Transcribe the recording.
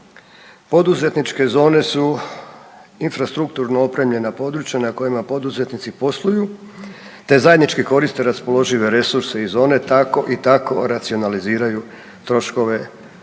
Poduzetničke zone su infrastrukturno opremljena područja na kojima poduzetnici posluju te zajednički koriste raspoložive resurse iz zone tako i tako racionaliziraju troškove svog